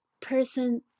person